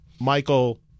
Michael